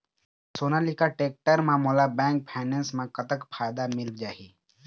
Sonalika tractor म मोला bank finance म कतक फायदा मिल जाही?